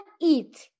eat